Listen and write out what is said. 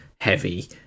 heavy